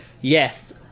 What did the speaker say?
Yes